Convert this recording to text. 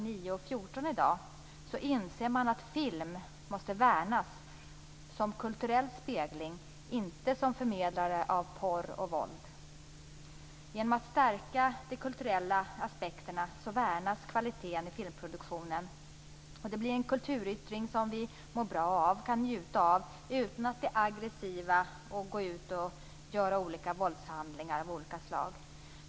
9 och 14 i dag inser man att film måste värnas som kulturell spegling - inte som förmedlare av porr och våld. Genom att stärka de kulturella aspekterna värnas kvaliteten i filmproduktionen. Filmen blir en kulturyttring som vi mår bra av och kan njuta av utan att vi blir aggressiva och går ut och begår våldshandlingar av olika slag.